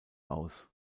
aus